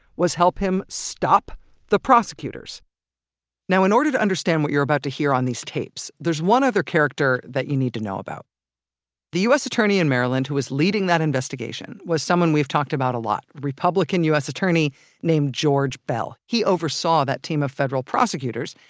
was help him stop the prosecutors now, in order to understand what you're about to hear on these tapes, there's one other character that you need to know about the u s. attorney in maryland who was leading that investigation was someone we've talked about a lot, a republican u s. attorney named george beall. he oversaw that team of federal prosecutors,